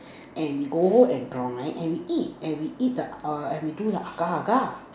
and we go home and and we eat and we eat the uh and we do the agar Agar